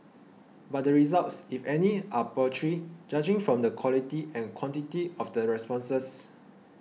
but the results if any are paltry judging from the quality and quantity of the responses